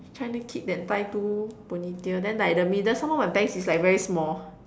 China kid that tie two ponytails then like the middle some more my bangs is like very small